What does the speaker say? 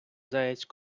заяць